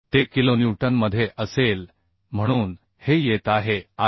ते किलोन्यूटनमध्ये असेल म्हणून हे येत आहे 74